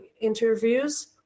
interviews